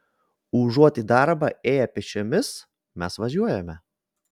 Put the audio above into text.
užuot į darbą ėję pėsčiomis mes važiuojame